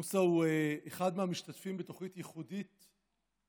מוסא הוא אחד המשתתפים בתוכנית ייחודית,